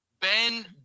Ben